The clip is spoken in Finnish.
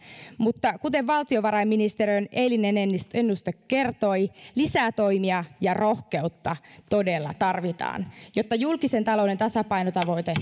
mutta kuten valtiovarainministeriön eilinen ennuste ennuste kertoi lisätoimia ja rohkeutta todella tarvitaan jotta julkisen talouden tasapainotavoite